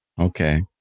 Okay